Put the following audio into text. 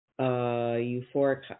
euphoric